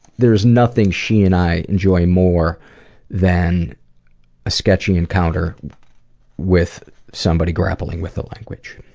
there's nothing she and i enjoy more than a sketchy encounter with somebody grappling with the language.